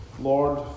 Lord